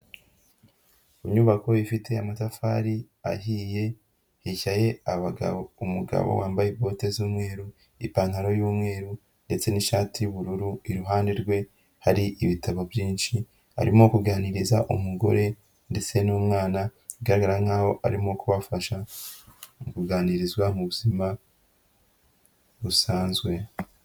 Inyubako ifite amatafari ahiye, hicaye abagabo, umugabo wambaye bote z'umweru ipantaro y'umweru ndetse ni'shati y'ubururu iruhande rwe hari ibitabo byinshi arimo kuganiriza umugore ndetse n'umwana baganira nkaho arimo kubafasha mu kuganirizwa mu buzima busanzwe.